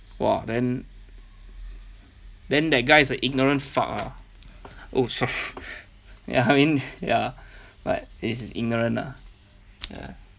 !wah! then then that guy is a ignorance fuck lah oh sor~ ya I mean ya but it's his ignorant lah ya